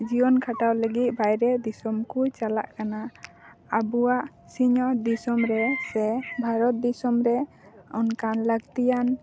ᱡᱤᱭᱚᱱ ᱠᱷᱟᱸᱰᱟᱣ ᱞᱟᱹᱜᱤᱜ ᱵᱟᱦᱚᱨᱮ ᱫᱤᱥᱚᱢ ᱠᱚ ᱪᱟᱞᱟᱜ ᱠᱟᱱᱟ ᱟᱵᱚᱣᱟᱜ ᱥᱤᱧᱚᱛ ᱫᱤᱥᱚᱢ ᱨᱮ ᱥᱮ ᱵᱷᱟᱨᱚᱛ ᱫᱤᱥᱚᱢ ᱨᱮ ᱚᱱᱠᱟᱱ ᱞᱟᱹᱠᱛᱤᱭᱟᱱ